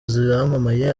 zamamaye